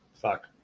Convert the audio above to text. Fuck